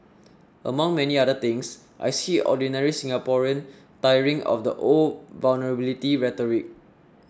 among many other things I see ordinary Singaporean tiring of the old vulnerability rhetoric